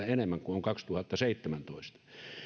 enemmän kuin on vuonna kaksituhattaseitsemäntoista